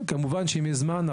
כמובן שאם יש זמן,